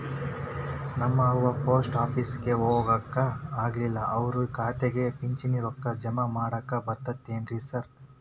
ನಮ್ ಅವ್ವ ಪೋಸ್ಟ್ ಆಫೇಸಿಗೆ ಹೋಗಾಕ ಆಗಲ್ರಿ ಅವ್ರ್ ಖಾತೆಗೆ ಪಿಂಚಣಿ ರೊಕ್ಕ ಜಮಾ ಮಾಡಾಕ ಬರ್ತಾದೇನ್ರಿ ಸಾರ್?